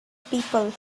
people